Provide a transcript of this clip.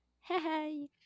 hey